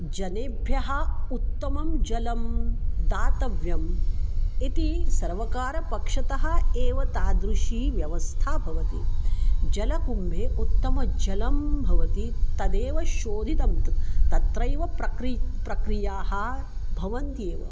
जनेभ्यः उत्तमं जलं दातव्यम् इति सर्वकारपक्षतः एव तादृशी व्यवस्था भवति जलकुम्भे उत्तमजलं भवति तदेव शोधितं तत्रैव प्रक्रियाः प्रक्रियाः भवन्त्येव